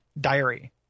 diary